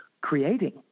creating